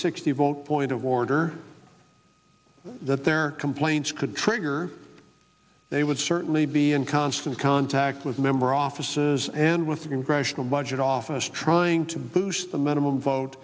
vote point of order that their complaints could trigger they would certainly be in constant contact with member offices and with the congressional budget office trying to boost the minimum vote